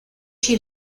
she